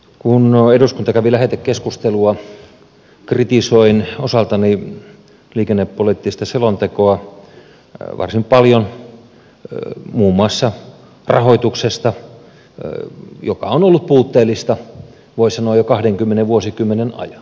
kun eduskunta kävi lähetekeskustelua kritisoin osaltani liikennepoliittista selontekoa varsin paljon muun muassa rahoituksesta joka on ollut puutteellista voisi sanoa jo kahden vuosikymmenen ajan